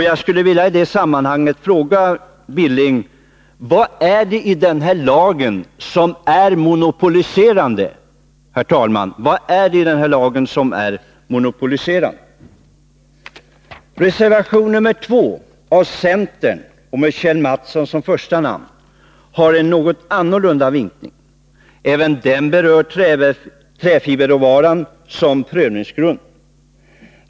Jag skulle i det sammanhanget vilja fråga Knut Billing: Vad är det i den här lagen som är monopoliserande? Reservation nr 2 av centern, och med Kjell Mattsson som första namn, har en något annorlunda vinkling. Även den berör träfiberråvaran som prövningsgrund.